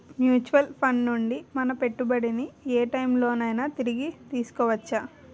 Mutual funds నుండి మన పెట్టుబడిని ఏ టైం లోనైనా తిరిగి తీసుకోవచ్చా?